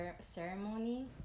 ceremony